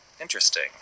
Interesting